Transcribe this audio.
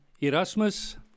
Erasmus